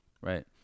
right